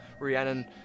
Rhiannon